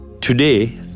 Today